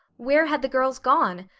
where had the girls gone?